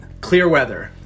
Clearweather